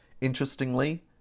Interestingly